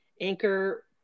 Anchor